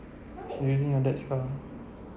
you using your dad's car